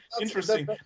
Interesting